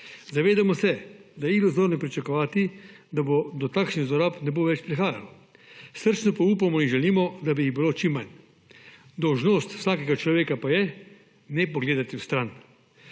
Zavedamo se, da je iluzorno pričakovati, da do takšnih zlorab ne bo več prihajalo, srčno pa upamo in želimo, da bi jih bilo čim manj. Dolžnost vsakega človeka pa je ne pogledati stran.